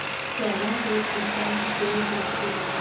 चना के किसम के होथे?